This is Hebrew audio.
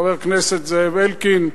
חבר הכנסת זאב אלקין,